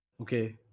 Okay